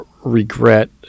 regret